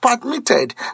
permitted